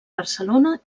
barcelona